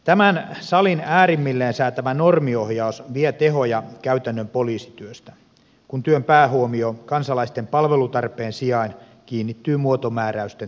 tämän salin äärimmilleen säätämä normioh jaus vie tehoja käytännön poliisityöstä kun työn päähuomio kansalaisten palvelutarpeen sijaan kiinnittyy muotomääräysten täyttämiseen